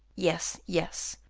yes, yes,